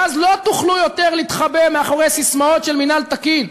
ואז לא תוכלו יותר להתחבא מאחורי ססמאות של מינהל תקין,